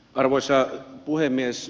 arvoisa puhemies